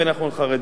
בין אנחנו חרדים,